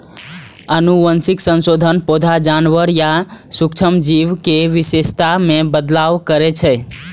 आनुवंशिक संशोधन पौधा, जानवर या सूक्ष्म जीव के विशेषता मे बदलाव करै छै